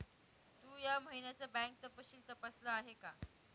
तू या महिन्याचं बँक तपशील तपासल आहे का?